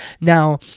Now